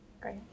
Great